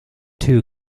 two